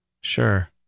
Sure